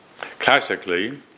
Classically